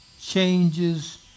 changes